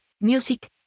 music